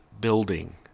building